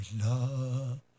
love